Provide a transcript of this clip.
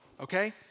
Okay